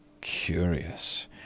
Curious